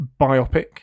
biopic